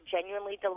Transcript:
genuinely